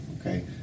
okay